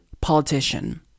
politician